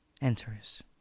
enters